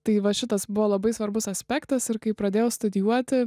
tai va šitas buvo labai svarbus aspektas ir kai pradėjau studijuoti